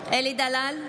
אלי דלל,